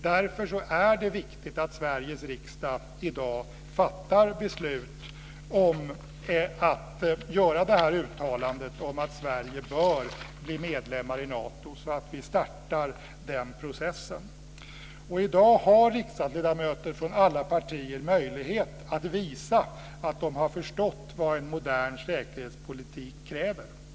Därför är det viktigt att Sveriges riksdag i dag fattar beslut om att göra uttalandet att Sverige bör bl medlem i Nato, så att vi startar den processen. I dag har riksdagsledamöter från alla partier möjlighet att visa att de har förstått vad en modern säkerhetspolitik kräver.